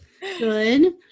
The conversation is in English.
good